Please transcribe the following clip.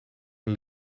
een